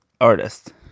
artist